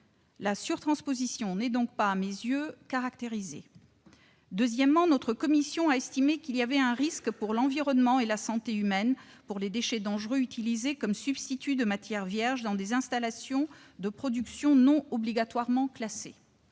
La surtransposition n'est donc pas, à mes yeux, caractérisée. Deuxièmement, la commission spéciale a estimé qu'il y avait un risque pour l'environnement et la santé humaine s'agissant des déchets dangereux, utilisés comme substituts de matière vierge dans des installations de production non obligatoirement classées.